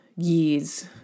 years